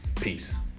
Peace